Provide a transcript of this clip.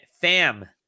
fam